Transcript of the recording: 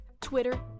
Twitter